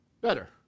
better